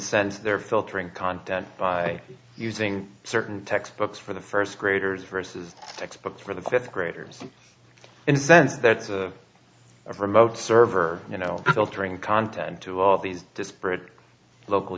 sense they're filtering content by using certain textbooks for the first graders versus textbooks for the fifth graders in a sense that's a remote server you know filtering content to all these disparate local